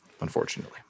unfortunately